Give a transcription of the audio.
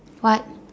what